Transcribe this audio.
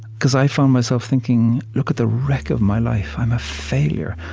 because i found myself thinking, look at the wreck of my life i'm a failure.